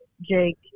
Jake